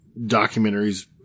documentaries